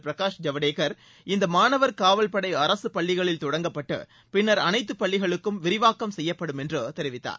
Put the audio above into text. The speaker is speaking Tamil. பிரகாஷ் ஜவ்டேகர் இந்த மாணவர் காவல் படை அரசு பள்ளிகளில் தொடங்கப்பட்டு பின்னர் அனைத்து பள்ளிகளிலும் விரிவாக்கம் செய்யப்படும் என்று தெரிவித்தார்